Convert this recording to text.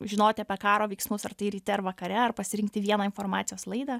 žinoti apie karo veiksmus ar tai ryte ar vakare ar pasirinkti vieną informacijos laidą